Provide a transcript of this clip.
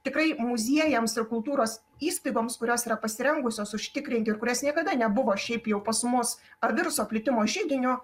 tikrai muziejams ir kultūros įstaigoms kurios yra pasirengusios užtikrinti ir kurios niekada nebuvo šiaip jau pas mus ar viruso plitimo židinio